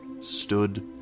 stood